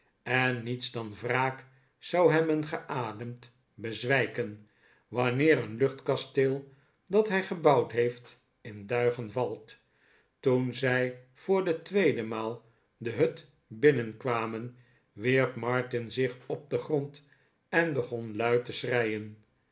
en niets dan wraak zou hebben geademd bezwijken wanneer een luchtkasteel dat hij gebouwd heeft in duigen valt toen zij voor de tweede maal de hut binnenkwamen wierp martin zich op den grond en begon luid te